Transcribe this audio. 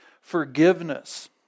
Forgiveness